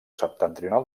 septentrional